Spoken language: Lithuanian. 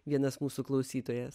vienas mūsų klausytojas